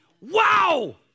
Wow